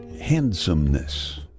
handsomeness